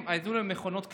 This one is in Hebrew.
הם, היו להם מכונות כתיבה,